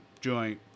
joint